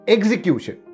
Execution